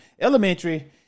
elementary